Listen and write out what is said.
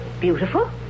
Beautiful